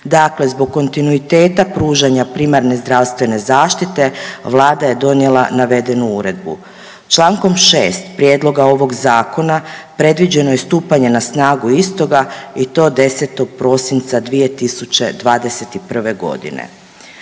Dakle, zbog kontinuiteta pružanja primarne zdravstvene zaštite vlada je donijela navedenu uredbu. Čl. 6. prijedloga ovog zakona predviđeno je stupanje na snagu istoga i to 10. prosinca 2021.g.